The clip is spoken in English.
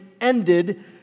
ended